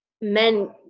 men